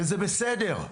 וזה בסדר.